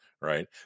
Right